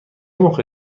موقع